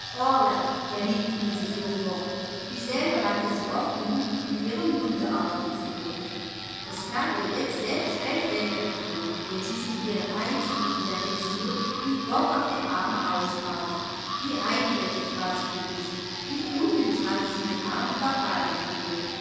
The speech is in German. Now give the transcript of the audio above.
ilse sofort dieselbe hatte sie oft genug mit ihrem hunde aufgezogen es kam ihr jetzt selbst recht lächerlich vor wenn sie sich ihren einzug in der pension mit bob auf dem arme ausmalte wie einfältig war sie gewesen wie unnütz hatte sie den armen papa gequält